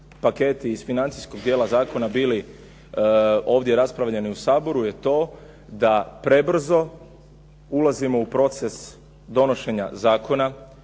paketi iz financijskog dijela zakona bili ovdje raspravljeni u Saboru je to da prebrzo ulazimo u proces donošenja zakona,